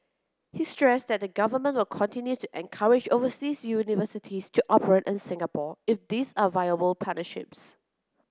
he stressed that the government will continue to encourage overseas universities to operate in Singapore if these are viable partnerships